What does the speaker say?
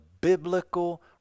biblical